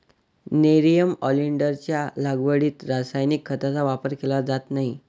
nerium ऑलिंडरच्या लागवडीत रासायनिक खतांचा वापर केला जात नाही